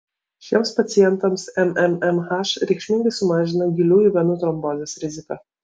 šiems pacientams mmmh reikšmingai sumažina giliųjų venų trombozės riziką